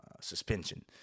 suspension